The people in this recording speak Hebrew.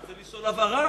אני רוצה לשאול, הבהרה.